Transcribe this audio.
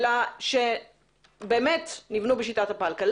אלא שנבנו באמת בשיטת הפלקל.